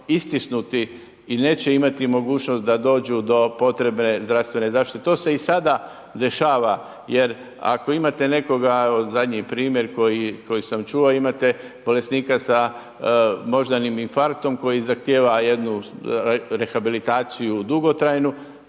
istisnuti i neće imati mogućnost da dođu do potrebne zdravstvene zaštite. To se i sada dešava jer ako imate nekoga, evo zadnji primjer koji sam čuo, imate bolesnika sa moždanim infarktom koji zahtijeva nekakvu rehabilitaciju dugotrajnu